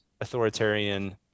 authoritarian